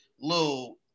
little